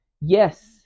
yes